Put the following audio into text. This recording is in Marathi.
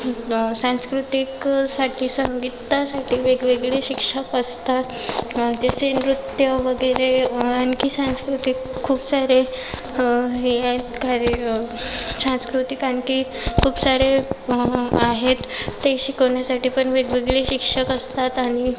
सांस्कृतिकसाठी संगीतासाठी वेगवेगळे शिक्षक असतात त्याचे नृत्य वगैरे आणखीन सांस्कृतिक खूप सारे हे आहेत कार्य सांस्कृतिक आणखी खूप सारे आहेत ते शिकवण्यासाठी पण वेगवेगळे शिक्षक असतात आणि